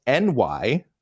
ny